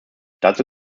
dazu